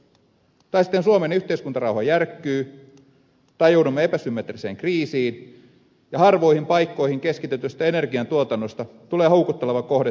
tai sitten suomen yhteiskuntarauha järkkyy tai joudumme epäsymmetriseen kriisiin ja harvoihin paikkoihin keskitetystä energiantuotannosta tulee houkutteleva kohde terrorismille